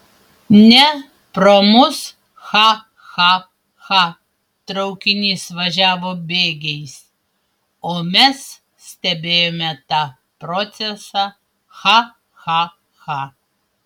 ne pro mus cha cha cha traukinys važiavo bėgiais o mes stebėjome tą procesą cha cha cha